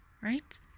right